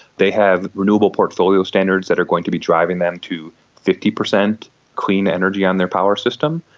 they have renewable portfolio standards that are going to be driving them to fifty percent clean energy on their power system,